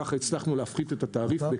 כך הצלחנו להפחית את התעריף.